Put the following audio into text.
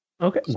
Okay